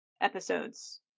episodes